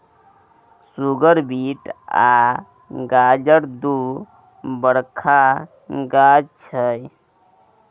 सुगर beet आ गाजर दु बरखा गाछ छै